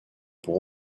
pour